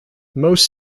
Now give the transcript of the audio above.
most